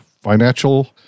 Financial